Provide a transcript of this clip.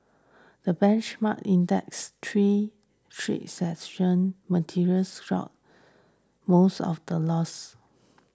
the benchmark index straight sessions materials stocks most of the loss